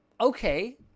okay